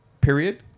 period